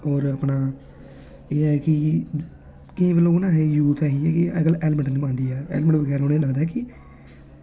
होर अपना एह् ऐ की केईं बारी एह् यूथ ऐ निं हेलमेट निं पांदी ऐ हेलमेट बगैरा उनेंगी लगदा कि